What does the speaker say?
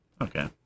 Okay